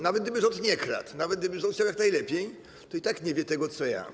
Nawet gdyby rząd nie kradł, nawet gdyby rząd chciał jak najlepiej, to i tak nie wie tego co ja.